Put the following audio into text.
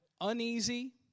uneasy